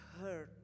hurt